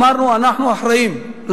אמרנו: אנחנו אחראיים,